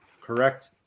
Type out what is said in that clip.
correct